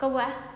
kau buat ah